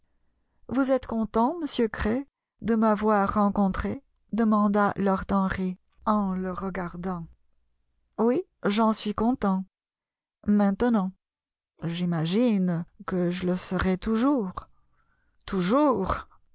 vous êtes content monsieur gray de m'avoir rencontré demanda lord henry en le regardant oui j'en suis content maintenant j'imagine que je le serai toujours toujours